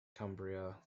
cumbria